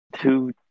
two